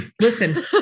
Listen